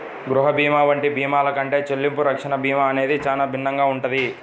గృహ భీమా వంటి భీమాల కంటే చెల్లింపు రక్షణ భీమా అనేది చానా భిన్నంగా ఉంటది